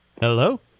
Hello